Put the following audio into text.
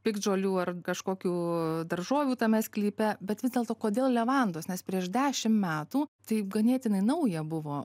piktžolių ar kažkokių daržovių tame sklype bet vis dėlto kodėl levandos nes prieš dešim metų taip ganėtinai nauja buvo